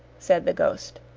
said the ghost.